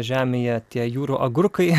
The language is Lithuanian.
žemėje tie jūrų agurkai